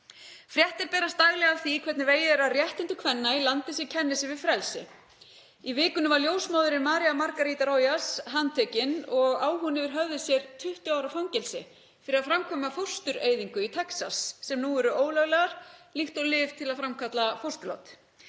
Fréttir berast daglega af því hvernig vegið er að réttindum kvenna í landi sem kennir sig við frelsi. Í vikunni var ljósmóðirin Maria Margarita Rojas handtekin og á hún yfir höfði sér 20 ára fangelsi fyrir að framkvæma fóstureyðingu í Texas, sem nú eru ólöglegar líkt og lyf til að framkalla fósturlát.